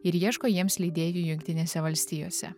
ir ieško jiems leidėjų jungtinėse valstijose